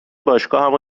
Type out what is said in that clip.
باشگاهمو